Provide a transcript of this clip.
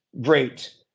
great